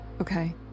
Okay